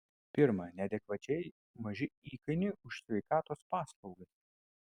pirma neadekvačiai maži įkainiai už sveikatos paslaugas